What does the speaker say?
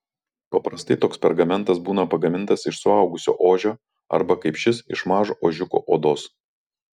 paprastai toks pergamentas būna pagamintas iš suaugusio ožio arba kaip šis iš mažo ožiuko odos